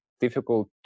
difficult